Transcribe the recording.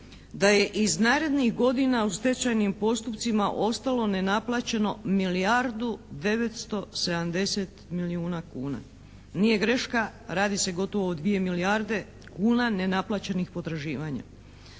da je iz narednih godina u stečajnim postupcima ostalo nenaplaćeno milijardu 970 milijuna kuna. Nije greška, radi se gotovo o 2 milijarde kuna nenaplaćenih potraživanja.